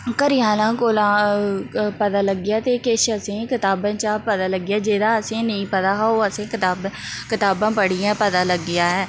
घरै आह्ले कोलां पता लग्गेआ ते किश असेंगी कताबें चा पता लग्गेआ जेह्दा असें नेईं पता हा ओह् असेंगी कताबां कताबां पढ़ियै पता लग्गेआ ऐ